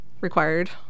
required